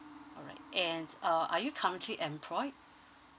alright and uh are you currently employed